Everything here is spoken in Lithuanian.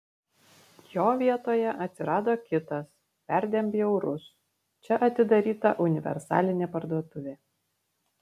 jo vietoje atsirado kitas perdėm bjaurus čia atidaryta universalinė parduotuvė